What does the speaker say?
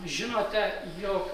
žinote jog